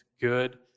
good